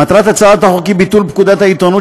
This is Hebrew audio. מטרת הצעת החוק היא ביטול פקודת העיתונות,